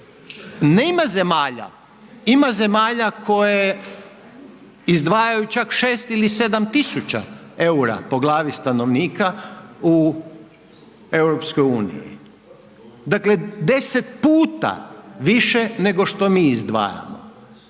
Nema zemalja, ima zemalja koje izdvajaju čak 6 ili 7.000 EUR-a po glavi stanovnika u EU, dakle 10 puta više nego što mi izdvajamo